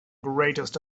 greatest